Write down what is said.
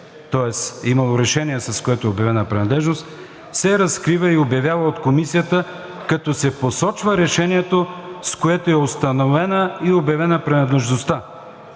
тоест имало е решение, с което е обявена принадлежност, „…се разкрива и обявява от Комисията, като се посочва решението, с което е установена и обявена принадлежността.